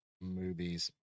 movies